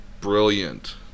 brilliant